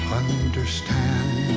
understand